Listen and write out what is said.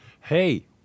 hey